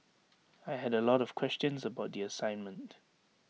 I had A lot of questions about the assignment